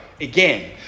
Again